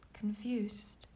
Confused